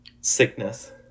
Sickness